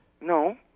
No